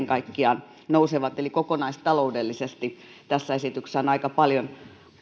kaikkiaan nousevat eli kokonaistaloudellisesti tässä esityksessä on aika paljon